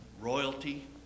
royalty